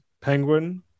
penguin